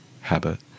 habit